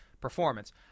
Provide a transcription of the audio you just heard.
performance